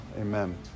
amen